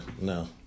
no